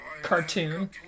cartoon